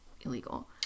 illegal